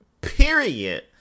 Period